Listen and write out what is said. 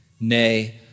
Nay